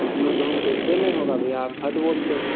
इतना दाम कैसे नहीं होगा भैया आप हद बोलते हैं